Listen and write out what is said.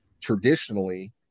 traditionally